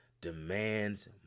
demands